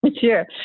Sure